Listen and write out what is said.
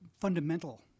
fundamental